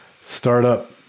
startup